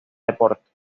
deporte